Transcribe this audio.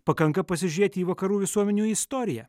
pakanka pasižiūrėti į vakarų visuomenių istoriją